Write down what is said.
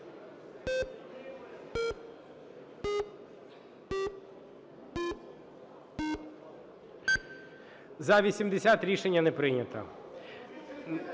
За-80 Рішення не прийнято.